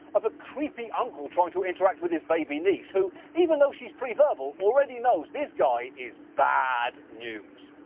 of a creepy uncle trying to interact with his baby niece, who, even though she's pre-verbal, already knows this guy is bad news.